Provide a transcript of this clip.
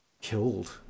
killed